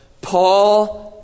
Paul